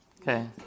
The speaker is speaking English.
Okay